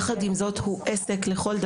יחד עם זאת, הוא עסק לכל דבר.